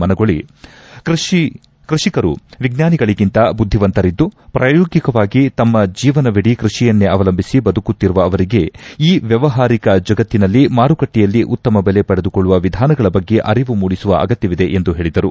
ಮನಗೂಳಿ ಕೃಷಿಕರು ವಿಜ್ವಾನಿಗಳಗಿಂತ ಬುದ್ದಿವಂತರಿದ್ದು ಪ್ರಾಯೋಗಿಕವಾಗಿ ತಮ್ನ ಜೀವನವಿಡಿ ಕೈಷಿಯನ್ನೇ ಅವಲಂಭಿಸಿ ಬದುಕುತ್ತಿರುವ ಅವರಿಗೆ ಈ ವ್ಯವಹಾರಿಕ ಜಗತ್ತಿನಲ್ಲಿ ಮಾರುಕಟ್ಟೆಯಲ್ಲಿ ಉತ್ತಮ ದೆಲೆ ಪಡೆದುಕೊಳ್ಳುವ ವಿಧಾನಗಳ ಬಗ್ಗೆ ಅರಿವು ಮೂಡಿಸುವ ಅಗತ್ಯವಿದೆ ಎಂದು ಹೇಳಿದರು